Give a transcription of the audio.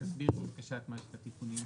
תסבירי בבקשה את מערכת התיקונים שהקראת.